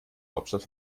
hauptstadt